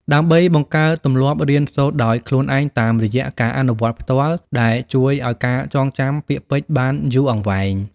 ដើម្បីបង្កើតទម្លាប់រៀនសូត្រដោយខ្លួនឯងតាមរយៈការអនុវត្តផ្ទាល់ ដែលជួយឱ្យការចងចាំពាក្យពេចន៍បានយូរអង្វែង។